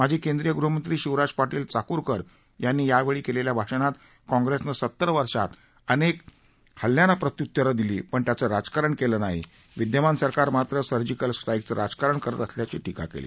माजी केंद्रीय गृहमंत्री शिवराज पाटील चाकूरकर यांनी यावेळी केलेल्या भाषणात काँग्रेसने सत्तर वर्षात अनेक हल्ल्यांना प्रत्युत्तरं दिली पण त्याचं राजकारण केलं नाही विद्यमान सरकार मात्र सर्जिकल स्ट्राइकचं राजकारण करत असल्याची टीका केली